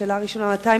השאלה הראשונה, מתי